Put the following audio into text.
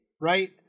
right